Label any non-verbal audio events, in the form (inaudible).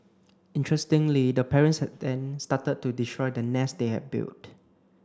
interestingly the parents (unintelligible) then started to destroy the nest they had built